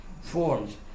Forms